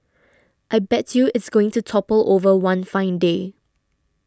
I bet you it's going to topple over one fine day